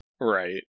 Right